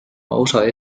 osa